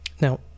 Now